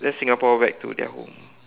then Singapore back to their home